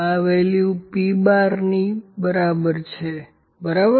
આ value P¯ ની બરાબર છે બરાબર